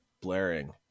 blaring